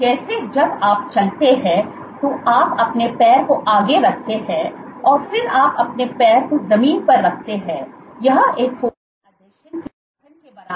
तो जैसे जब आप चलते हैं तो आप अपने पैर को आगे रखते हैं और फिर आप अपने पैर को जमीन पर रखते हैं यह एक फोकल आसंजन के गठन के बराबर है